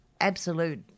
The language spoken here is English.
absolute